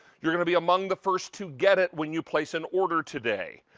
you're going to be among the first to get it when you place an order today.